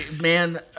Man